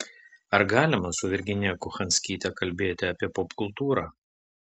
ar galima su virginija kochanskyte kalbėti apie popkultūrą